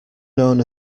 known